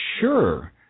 sure